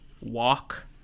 walk